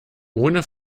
ohne